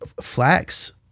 flax